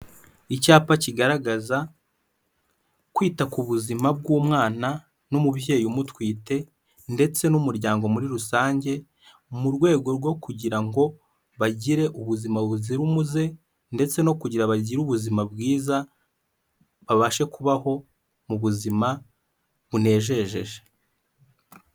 Icyapa kigaragaza kwita ku buzima bw'umwana n'umubyeyi umutwite ndetse n'umuryango muri rusange mu rwego rwo kugira ngo bagire ubuzima buzira umuze ndetse no kugira bagire ubuzima bwiza babashe kubaho mu buzima bunejeje.